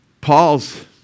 Paul's